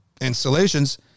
installations